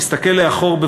נסתכל לאחור,